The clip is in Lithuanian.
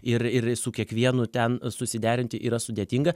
ir ir su kiekvienu ten susiderinti yra sudėtinga